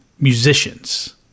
musicians